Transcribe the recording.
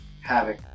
Havoc